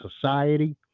society